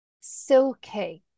silky